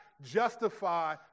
Justify